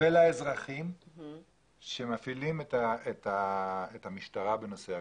ולאזרחים שמפעילים את המשטרה בנושא הקורונה.